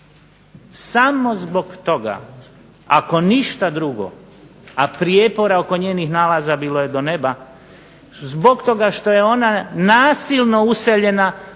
samo zbog toga ako ništa drugo a prijepora oko njenih nalaza bilo je do neba, zbog toga što je ona nasilno useljena